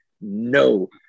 no